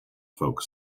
folk